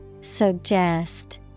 Suggest